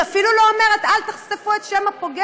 היא אפילו לא אומרת: אל תחשפו את שם הפוגע.